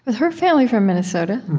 her family from minnesota?